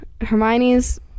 Hermione's